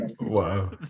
Wow